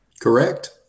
correct